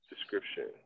description